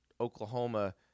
Oklahoma